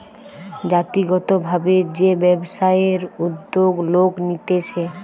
জাতিগত ভাবে যে ব্যবসায়ের উদ্যোগ লোক নিতেছে